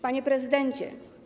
Panie Prezydencie!